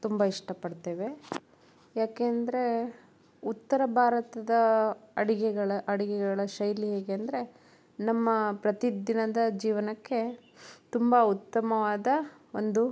ತುಂಬ ಇಷ್ಟಪಡ್ತೇವೆ ಯಾಕೆಂದರೆ ಉತ್ತರ ಭಾರತದ ಅಡುಗೆಗಳ ಅಡುಗೆಗಳ ಶೈಲಿ ಹೇಗೆ ಅಂದರೆ ನಮ್ಮ ಪ್ರತಿದಿನದ ಜೀವನಕ್ಕೆ ತುಂಬ ಉತ್ತಮವಾದ ಒಂದು